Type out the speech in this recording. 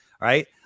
Right